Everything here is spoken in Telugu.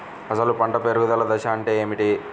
అసలు పంట పెరుగుదల దశ అంటే ఏమిటి?